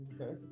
Okay